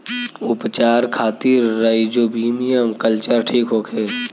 उपचार खातिर rhizobium culture ठीक होखे?